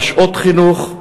בשעות חינוך,